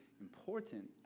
important